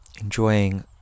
enjoying